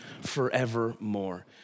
forevermore